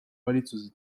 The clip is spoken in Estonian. valitsuse